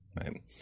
right